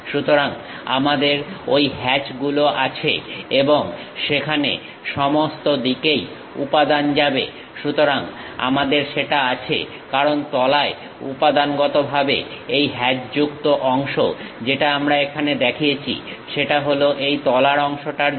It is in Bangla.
সুতরাং আমাদের ঐ হ্যাচগুলো আছে এবং সেখানে সমস্তদিকেই উপাদান যাবে সুতরাং আমাদের সেটা আছে কারণ তলায় উপাদানগতভাবে এই হ্যাচযুক্ত অংশ যেটা আমরা এখানে দেখিয়েছি সেটা হলো এই তলার অংশটার জন্য